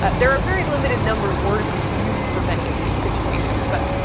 ah there are very limited number of words we can use for many of these situations. but